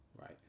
Right